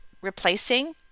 replacing